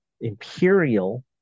imperial